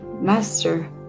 master